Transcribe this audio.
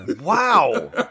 Wow